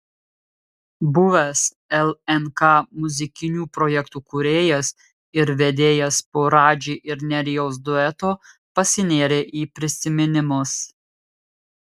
buvęs lnk muzikinių projektų kūrėjas ir vedėjas po radži ir nerijaus dueto pasinėrė į prisiminimus